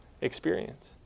experience